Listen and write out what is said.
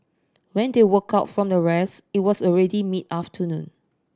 when they woke up from their rest it was already mid afternoon